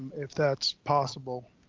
if that's possible.